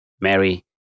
Mary